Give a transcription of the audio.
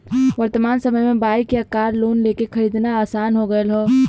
वर्तमान समय में बाइक या कार लोन लेके खरीदना आसान हो गयल हौ